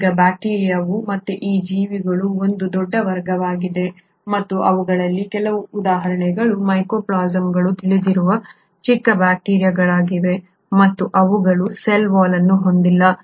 ಈಗ ಬ್ಯಾಕ್ಟೀರಿಯಾವು ಮತ್ತೆ ಈ ಜೀವಿಗಳ ಒಂದು ದೊಡ್ಡ ವರ್ಗವಾಗಿದೆ ಮತ್ತು ಅವುಗಳಲ್ಲಿ ಕೆಲವು ಉದಾಹರಣೆಗೆ ಮೈಕೋಪ್ಲಾಸ್ಮಾಗಳು ತಿಳಿದಿರುವ ಚಿಕ್ಕ ಬ್ಯಾಕ್ಟೀರಿಯಾಗಳಾಗಿವೆ ಮತ್ತು ಅವುಗಳು ಸೆಲ್ ವಾಲ್ ಅನ್ನು ಹೊಂದಿಲ್ಲ